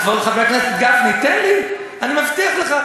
כבוד חבר הכנסת גפני, תן לי, אני מבטיח לך.